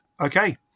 Okay